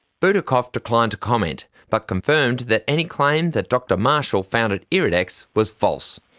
boutacoff declined to comment, but confirmed that any claim that dr marshall founded iridex was false.